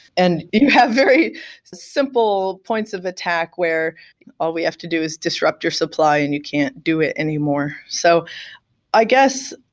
and you have very simple points of attack where all we have to do is disrupt your supply and you can't do it anymore so i guess,